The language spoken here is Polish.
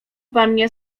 pannie